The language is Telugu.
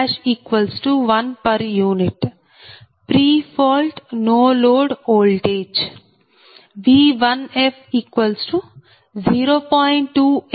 u pre fault no load voltage